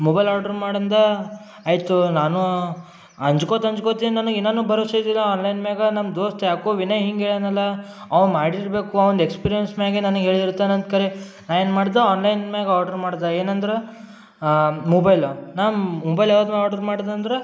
mobile order ಮಾಡು ಅಂದ ಆಯಿತು ನಾನು ಅಂಜ್ಕೋತ ಅಂಜ್ಕೋತ ಏನು ಏನಾರ ಭರವಸೆ ಇದ್ದಿಲ್ಲ ಆನ್ಲೈನ್ ಮ್ಯಾಲ ನಮ್ಮ ದೋಸ್ತ ಯಾಕೋ ವಿನಯ್ ಹಿಂಗೆ ಹೇಳೀನಲ್ಲ ಅವ ಮಾಡಿರಬೇಕು ಅವ್ನ್ದು ಎಕ್ಸ್ಪೀರೆನ್ಸ್ ಮ್ಯಾಲೆ ನನಗೆ ಹೇಳಿರ್ತಾನಂತ ಕರೆ ನಾನು ಏನು ಮಾಡ್ದೆ ಆನ್ಲೈನ್ ಮ್ಯಾಲ್ ಆರ್ಡ್ರು ಮಾಡ್ದೆ ಏನಂದ್ರೆ ಮೊಬೈಲು ನಮ್ಮ ಮೊಬೈಲ್ ಯಾವುದು ಆರ್ಡ್ರು ಮಾಡಿದ್ದಂದ್ರೆ